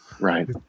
Right